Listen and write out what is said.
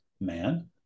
man